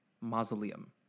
mausoleum